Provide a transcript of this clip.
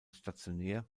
stationär